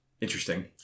Interesting